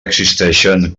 existixen